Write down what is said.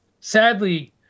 sadly